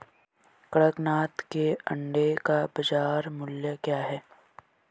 कड़कनाथ के अंडे का बाज़ार मूल्य क्या है?